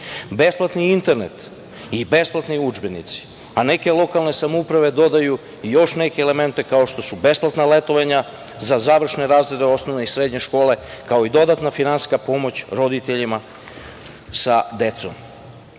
besplatan internet i besplatni udžbenici. Neke lokalne samouprave dodaju i još neke elemente, kao što su besplatna letovanja za završne razrede osnovne i srednje škole, kao i dodatna finansijska pomoć roditeljima sa decom. Ovo